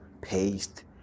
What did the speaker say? paste